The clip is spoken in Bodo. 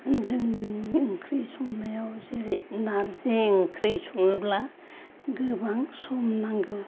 जोंनि ओंख्रि संनायाव जेरै नारजि ओंख्रि सङोब्ला गोबां सम नांगौ